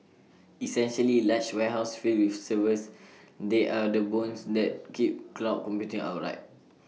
essentially large warehouses filled with servers they are the bones that keep cloud computing upright